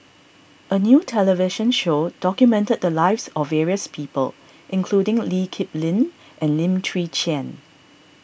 a new television show documented the lives of various people including Lee Kip Lin and Lim Chwee Chian